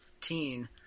teen